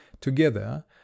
together